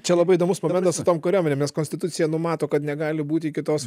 čia labai įdomus momentas tam kuriam remiantis konstitucija numato kad negali būti kitos